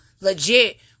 legit